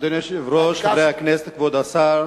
אדוני היושב-ראש, חברי הכנסת, כבוד השר,